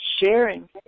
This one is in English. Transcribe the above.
sharing